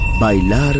Bailar